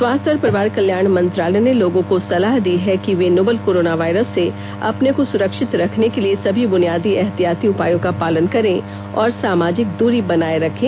स्वास्थ्य और परिवार कल्याण मंत्रालय ने लोगों को सलाह दी है कि वे नोवल कोरोना वायरस से अपने को सुरक्षित रखने के लिए सभी बुनियादी एहतियाती उपायों का पालन करें और सामाजिक दूरी बनाए रखें